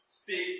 speak